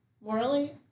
Morally